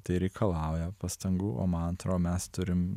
tai reikalauja pastangų o man atrodo mes turim